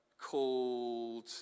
called